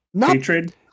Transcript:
Hatred